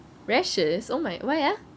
rashes oh my why ah